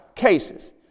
Cases